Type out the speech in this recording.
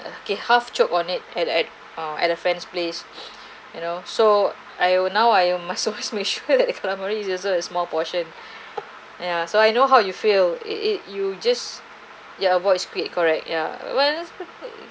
okay half choke on it at at a at a friend's place you know so I now I am also must make sure that the calamari is also a small portion yeah so I know how you feel it it you just yeah avoid squid correct ya when